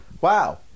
Wow